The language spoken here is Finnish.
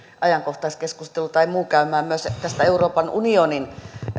ajankohtaiskeskustelu tai muu käymään myös tästä euroopan unionin